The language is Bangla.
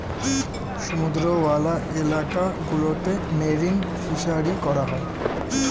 সমুদ্রওয়ালা এলাকা গুলোতে মেরিন ফিসারী করা হয়